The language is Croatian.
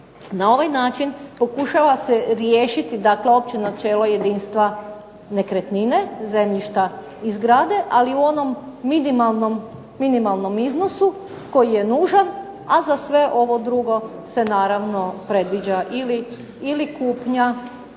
Na ovaj način pokušava se riješiti dakle opće načelo jedinstva nekretnine, zemljišta i zgrade, ali u onom minimalnom iznosu koji je nužan, a za sve ovo drugo se naravno predviđa ili kupnja